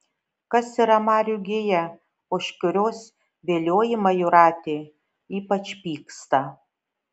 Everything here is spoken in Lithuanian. kas yra marių gija už kurios viliojimą jūratė ypač pyksta